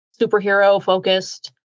superhero-focused